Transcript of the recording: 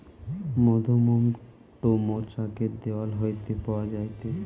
মধুমোম টো মৌচাক এর দেওয়াল হইতে পাওয়া যায়টে